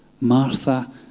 Martha